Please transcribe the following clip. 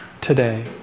today